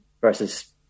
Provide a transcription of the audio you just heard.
versus